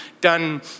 done